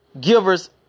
givers